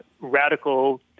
radical